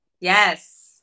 Yes